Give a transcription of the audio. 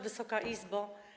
Wysoka Izbo!